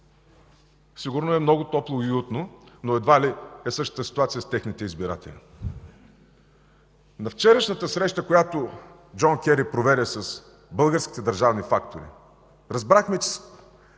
Сигурно е много топло и уютно, но едва ли е същата ситуация с техните избиратели. От вчерашната среща, която Джон Кери проведе с българските държавни фактори, разбрахме, че